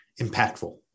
impactful